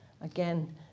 Again